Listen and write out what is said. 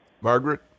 Margaret